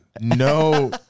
No